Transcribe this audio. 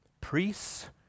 Priests